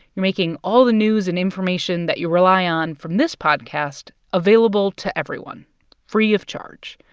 you're making all the news and information that you rely on from this podcast available to everyone free of charge.